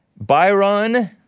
Byron